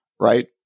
right